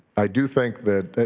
i do think that